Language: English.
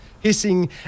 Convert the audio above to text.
hissing